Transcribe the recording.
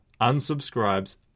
unsubscribes